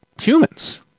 humans